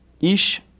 ish